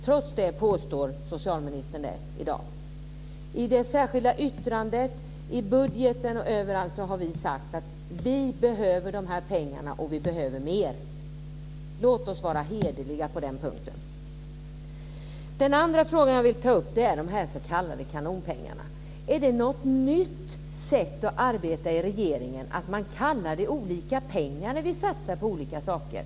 Trots det påstår socialministern detta i dag. I det särskilda yttrandet, i budgeten och överallt har vi sagt att vi behöver dessa pengar och att vi behöver mer. Låt oss vara hederliga på den punkten. Den andra frågan jag vill ta upp gäller de s.k. kanonpengarna. Är det något nytt i regeringen att man benämner pengarna på olika sätt när vi satsar på olika saker?